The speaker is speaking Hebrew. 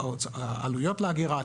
עלויות האגירה,